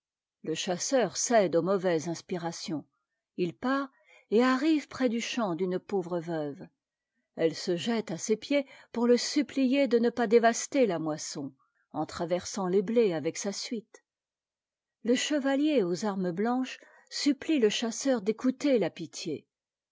le chasseur cède aux mauvaises inspirations il part et arrive près du champ d'une pauvre veuve elle se jette à ses pieds pour le supplier de ne pas dévaster là moisson en traversant les blés avec sa suite je chevalier aux armes blanches supplie le chasseur d'écouter là pitié